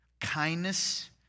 Kindness